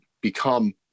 become